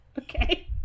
okay